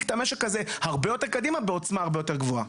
את המשק הזה הרבה יותר קדימה בעוצמה הרבה יותר גבוהה.